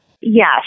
Yes